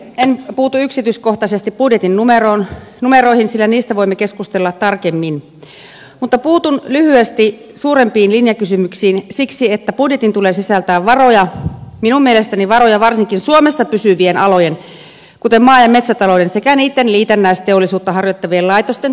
en puutu yksityiskohtaisesti budjetin numeroihin sillä niistä voimme keskustella tarkemmin vaan puutun lyhyesti suurempiin linjakysymyksiin siksi että budjetin tulee sisältää minun mielestäni varoja varsinkin suomessa pysyvien alojen kuten maa ja metsätalouden sekä niitten liitännäisteollisuutta harjoittavien laitosten tuotantoedellytyksiin